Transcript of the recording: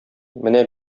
менә